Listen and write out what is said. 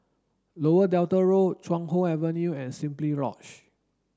Lower Delta Road Chuan Hoe Avenue and Simply Lodge